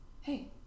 Hey